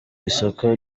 isoko